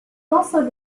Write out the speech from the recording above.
also